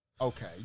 Okay